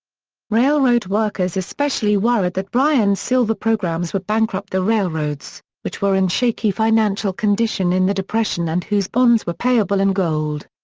railroad workers especially worried that bryan's silver programs would bankrupt the railroads, which were in shaky financial condition in the depression and whose bonds were payable in gold.